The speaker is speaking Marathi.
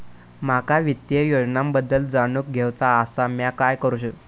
माका वित्तीय योजनांबद्दल जाणून घेवचा आसा, म्या काय करू?